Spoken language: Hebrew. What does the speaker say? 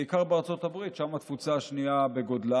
בתי חולים שגם ככה מתקשים לגייס